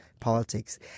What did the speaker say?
politics